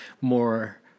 more –